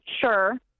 sure –